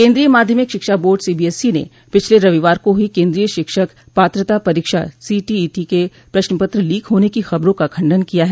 केंद्रीय माध्यमिक शिक्षा बोर्ड सीबीएसई ने पिछले रविवार को हुई केन्द्रीय शिक्षक पात्रता परीक्षा सीटीईटी के प्रश्नपत्र लीक होने की खबरों का खंडन किया है